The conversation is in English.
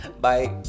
Bye